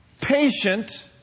patient